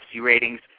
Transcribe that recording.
ratings